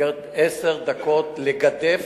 ובמסגרת עשר דקות לגדף